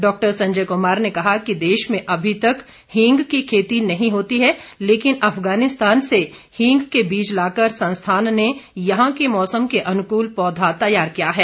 doctor Sanjay Kumar ने कहा कि देश में अभी तक हींग की खेती नहीं होती है लेकिन अफगानिस्तान से हींग के बीज लाकर संस्थान में यहां के मौसम के अनुकूल पौधा तैयार किया है